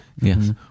Yes